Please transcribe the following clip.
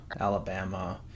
Alabama